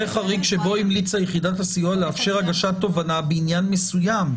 חריג שבו המליצה יחידת הסיוע לאפשר הגשת תובענה בעניין מסוים.